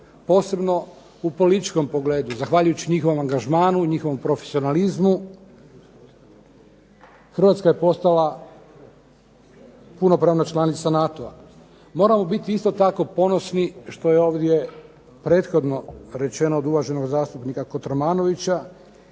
Posebno u političkom pogledu. Zahvaljujući njihovom angažmanu, njihovom profesionalizmu Hrvatska je postala punopravna članica NATO-a. Moramo biti, isto tako, ponosni što je ovdje prethodno rečeno od uvaženog zastupnika Kotromanovića